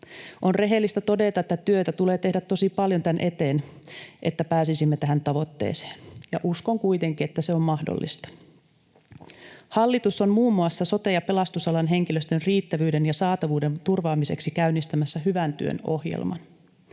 On rehellistä todeta, että työtä tulee tehdä tosi paljon tämän eteen, että pääsisimme tähän tavoitteeseen. Uskon kuitenkin, että se on mahdollista. Hallitus on muun muassa sote- ja pelastusalan henkilöstön riittävyyden ja saatavuuden turvaamiseksi käynnistämässä hyvän työn ohjelman.